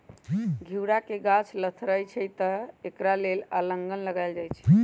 घिउरा के गाछ लथरइ छइ तऽ एकरा लेल अलांन लगायल जाई छै